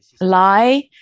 lie